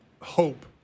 hope